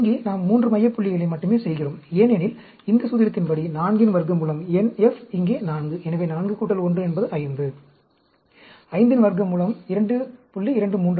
இங்கே நாம் 3 மைய புள்ளிகளை மட்டுமே செய்கிறோம் ஏனெனில் இந்த சூத்திரத்தின்படி 4 இன் வர்க்க மூலம் nF இங்கே 4 எனவே 4 1 என்பது 5 5 இன் வர்க்க மூலம் 2